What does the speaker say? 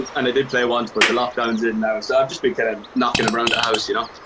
and i did play once, but the lockdown's in now, so i've just been kind of knockin' around the house, you know?